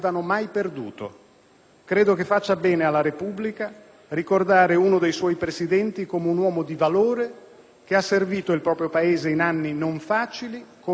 Credo che faccia bene alla Repubblica ricordare uno dei suoi Presidenti come un uomo di valore che ha servito il proprio Paese in anni non facili come meglio poteva,